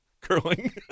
Curling